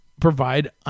provide